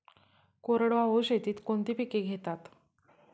कोरडवाहू शेतीत कोणती पिके घेतात?